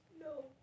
No